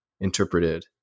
interpreted